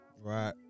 right